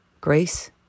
Grace